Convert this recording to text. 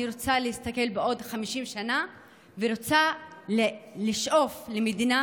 אני רוצה להסתכל בעוד 50 שנה ורוצה לשאוף למדינה